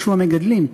שדרשו המגדלים.